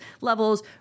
levels